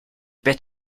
bit